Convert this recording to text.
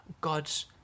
God's